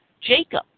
Jacob